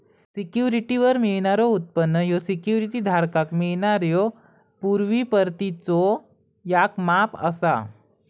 सिक्युरिटीवर मिळणारो उत्पन्न ह्या सिक्युरिटी धारकाक मिळणाऱ्यो पूर्व परतीचो याक माप असा